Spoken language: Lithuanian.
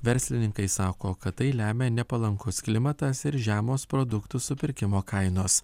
verslininkai sako kad tai lemia nepalankus klimatas ir žemos produktų supirkimo kainos